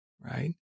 right